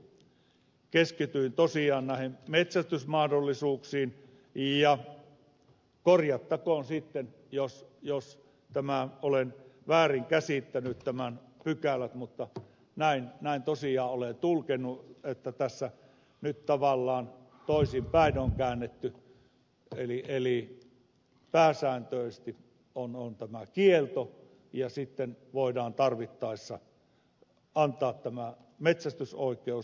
aivan lopuksi keskityin tosiaan näihin metsästysmahdollisuuksiin ja korjattakoon sitten jos nämä pykälät olen väärin käsittänyt mutta näin tosiaan olen tulkinnut että tässä nyt tavallaan toisinpäin on käännetty eli pääsääntöisesti on tämä kielto ja sitten voidaan tarvittaessa antaa tämä metsästysoikeus